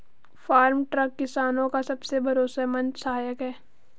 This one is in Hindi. फार्म ट्रक किसानो का सबसे भरोसेमंद सहायक है